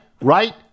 Right